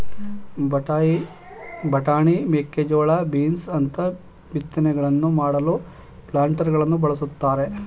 ಬಟಾಣಿ, ಮೇಕೆಜೋಳ, ಬೀನ್ಸ್ ಅಂತ ಬಿತ್ತನೆಗಳನ್ನು ಮಾಡಲು ಪ್ಲಾಂಟರಗಳನ್ನು ಬಳ್ಸತ್ತರೆ